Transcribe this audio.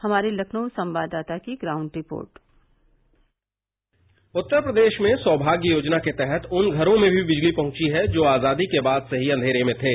हमारे लखनऊ संवाददाता की ग्राउंड रिपोर्ट उत्तर प्रदेश में सौमाग्य योजना के तहत उन घरों में भी विजली पहुंची जो आजादी के बाद से ही अंधरे में थे